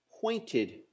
pointed